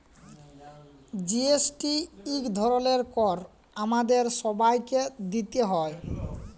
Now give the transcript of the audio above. GST ইক ধরলের কর আমাদের ছবাইকে দিইতে হ্যয়